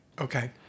Okay